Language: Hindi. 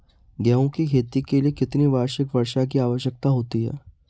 गेहूँ की खेती के लिए कितनी वार्षिक वर्षा की आवश्यकता होती है?